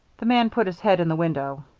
the man put his head in the window.